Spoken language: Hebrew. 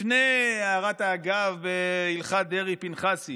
לפני הערת האגב בהלכת דרעי-פנחסי.